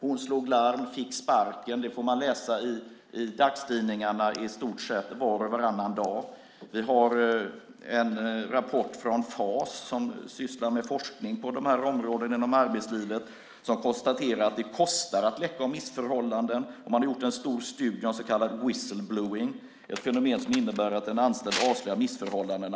Man kan läsa följande i dagstidningarna var och varannan dag: Hon slog larm och fick sparken. Det finns en rapport från Fas som sysslar med forskning på dessa områden inom arbetslivet. Där konstaterar man att det kostar att läcka om missförhållanden. Man har gjort en stor studie om så kallas whistle blowing , ett fenomen som innebär att den anställde avslöjar missförhållanden.